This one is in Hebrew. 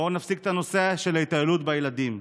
בואו נפסיק את הנושא של התעללות בילדים.